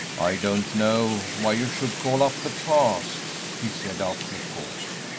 i don't know why you should call up the past, he said, after a pause,